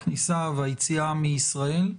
הכניסה והיציאה מישראל,